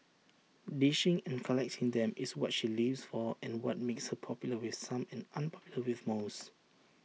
dishing and collecting them is what she lives for and what makes her popular with some and unpopular with most